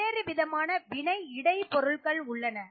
வெவ்வேறு விதமான வினை இடை பொருள்கள் உள்ளன